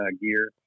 gear